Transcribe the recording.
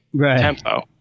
tempo